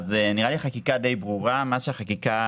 החקיקה די ברורה, מה שהחקיקה